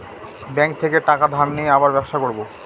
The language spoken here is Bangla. ব্যাঙ্ক থেকে টাকা ধার নিয়ে আবার ব্যবসা করবো